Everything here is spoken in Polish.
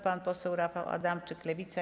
Pan poseł Rafał Adamczyk, Lewica.